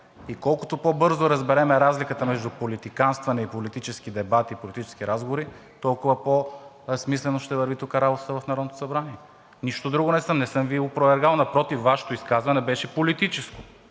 и колкото по бързо разберем разликата между политиканстване и политически дебати, политически разговори, толкова по-смислено ще върви тук работата в Народното събрание. Нищо друго. Не съм Ви опровергал, напротив, Вашето изказване беше политическо,